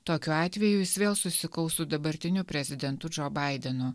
tokiu atveju jis vėl susikaus su dabartiniu prezidentu džo baidenu